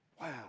Wow